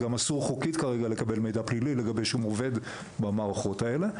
וכרגע גם אסור חוקית לקבל מידע פלילי לגבי שום עובד מהמערכות האלה,